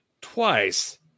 twice